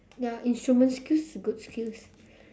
ya instrument skills good skills